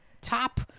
top